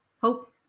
Hope